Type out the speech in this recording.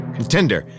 Contender